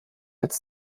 als